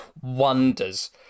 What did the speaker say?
wonders